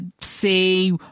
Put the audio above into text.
say